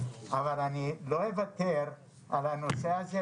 אבל אני לא אוותר על הנושא הזה,